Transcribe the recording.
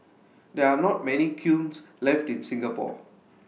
there are not many kilns left in Singapore